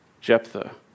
Jephthah